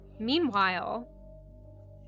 Meanwhile